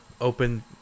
Open